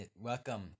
welcome